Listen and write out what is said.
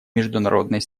международной